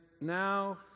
now